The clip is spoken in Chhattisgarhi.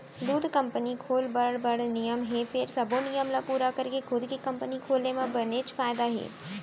दूद कंपनी खोल बर बड़ नियम हे फेर सबो नियम ल पूरा करके खुद के कंपनी खोले म बनेच फायदा हे